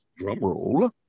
Drumroll